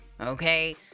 Okay